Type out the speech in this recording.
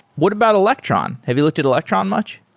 what about electron? have you looked at electron much?